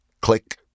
click